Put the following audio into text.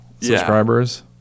subscribers